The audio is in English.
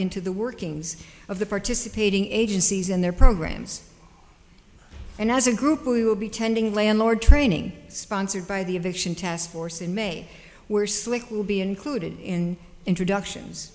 into the workings of the participating agencies and their programs and as a group we will be tending landlord training sponsored by the eviction task force in may where slick will be included in introductions